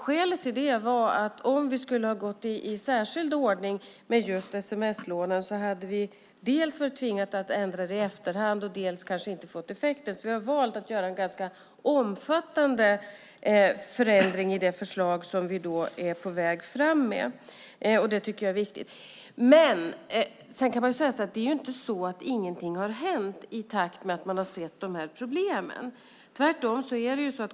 Skälet till det var att om vi hade gått i särskild ordning med sms-lånen hade vi dels varit tvungna att ändra i efterhand, dels kanske inte fått någon effekt. Vi har valt att göra en ganska omfattande förändring i det förslag som vi är på väg fram med. Det är ju inte så att det inte har hänt något i takt med att man har sett problemen.